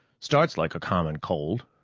starts like a common cold,